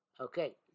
Okay